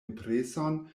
impreson